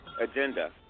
agenda